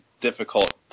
difficult